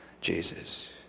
Jesus